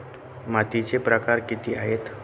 मातीचे प्रकार किती आहेत?